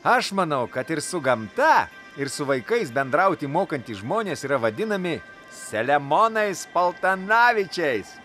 aš manau kad ir su gamta ir su vaikais bendrauti mokantys žmonės yra vadinami selemonais paltanavičiais